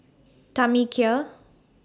Tamekia